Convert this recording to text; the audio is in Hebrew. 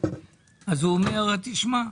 אז הוא אומר 'תשמע,